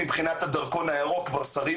מצפה שכבר השבוע